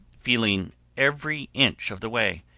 feeling every inch of the way,